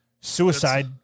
Suicide